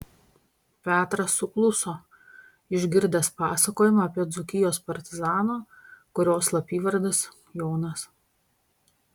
petras sukluso išgirdęs pasakojimą apie dzūkijos partizaną kurio slapyvardis jonas